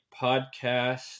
podcast